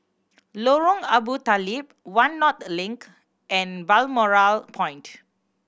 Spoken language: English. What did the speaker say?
Lorong Abu Talib One North Link and Balmoral Point